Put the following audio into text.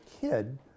kid